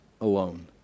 alone